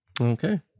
Okay